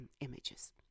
images